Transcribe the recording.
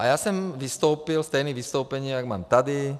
Já jsem vystoupil se stejným vystoupením, jaké mám tady.